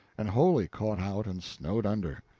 and wholly caught out and snowed under.